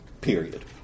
period